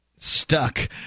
stuck